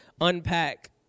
unpack